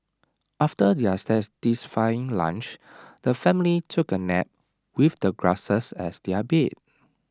after their satisfying lunch the family took A nap with the grasses as their bed